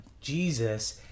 Jesus